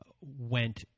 went